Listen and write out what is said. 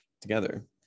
together